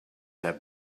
have